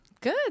good